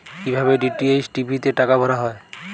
কি ভাবে DTH TV তে টাকা ভরা হয়?